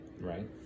right